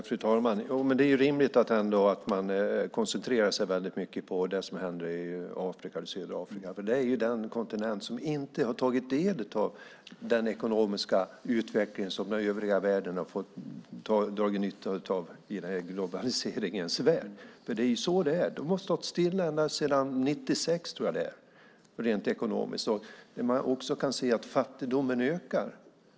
Fru talman! Det är rimligt att man koncentrerar sig väldigt mycket på det som händer i Afrika och södra Afrika, för det är den kontinent som inte har tagit del av den ekonomiska utveckling som övriga världen har fått dra nytta av i denna globaliseringens värld. Det är ju så det är. De har rent ekonomiskt stått stilla ända sedan 1996, tror jag det är, och man kan också se att fattigdomen ökar.